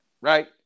Right